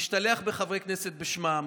משתלח בחברי כנסת בשמם,